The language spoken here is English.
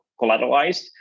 collateralized